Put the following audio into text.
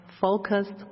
focused